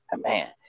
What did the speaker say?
man